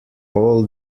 all